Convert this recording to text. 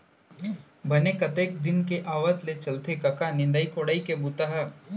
बने कतेक दिन के आवत ले चलथे कका निंदई कोड़ई के बूता ह?